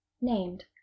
named